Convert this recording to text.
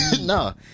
No